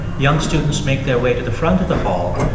young students make their way to the front of the hall,